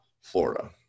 Florida